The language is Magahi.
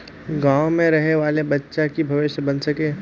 गाँव में रहे वाले बच्चा की भविष्य बन सके?